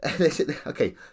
okay